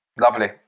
Lovely